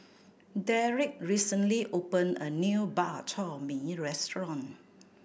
Derick recently opened a new Bak Chor Mee restaurant